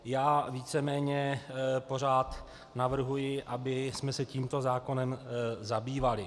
Já víceméně pořád navrhuji, abychom se tímto zákonem zabývali.